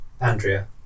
Andrea